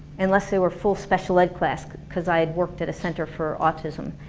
unless they were full special-ed class, cause i had worked at a center for autism